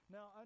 Now